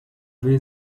will